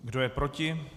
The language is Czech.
Kdo je proti?